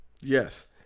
Yes